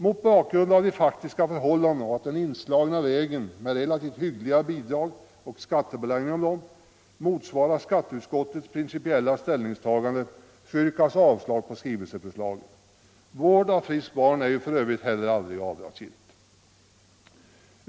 Mot bakgrund av de faktiska förhållandena och då den inslagna vägen med relativt hyggliga bidrag och skattebeläggning motsvarar skatteutskottets principiella ställningstagande yrkas avslag på skrivelseförslagen. Vård av friskt barn är för övrigt heller aldrig avdragsgill.